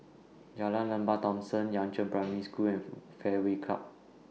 Jalan Lembah Thomson Yangzheng Primary School and Fairway Club